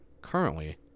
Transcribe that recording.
currently